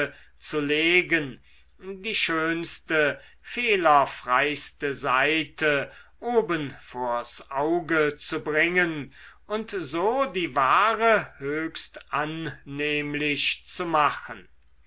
zu legen die schönste fehlerfreiste seite oben vors auge zu bringen und so die ware höchst annehmlich zu machen